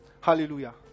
hallelujah